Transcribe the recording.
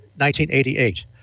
1988